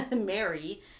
Mary